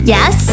Yes